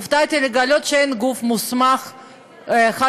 הופתעתי לגלות שאין גוף מוסמך חד-משמעי,